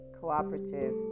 cooperative